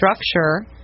structure